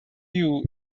you